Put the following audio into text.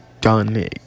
done